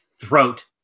throat